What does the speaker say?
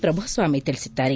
ಪ್ರಭು ಸ್ವಾಮಿ ತಿಳಿಸಿದ್ದಾರೆ